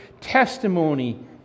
testimony